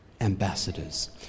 Ambassadors